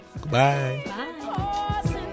Goodbye